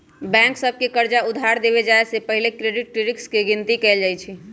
bank सभ के कर्जा उधार देबे जाय से पहिले क्रेडिट रिस्क के गिनति कएल जाइ छइ